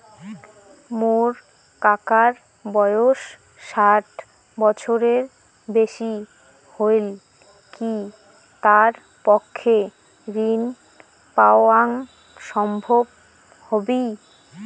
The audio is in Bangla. মোর কাকার বয়স ষাট বছরের বেশি হলই কি তার পক্ষে ঋণ পাওয়াং সম্ভব হবি?